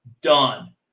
done